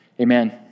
Amen